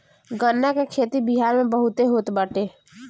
गन्ना के खेती बिहार में बहुते होत बाटे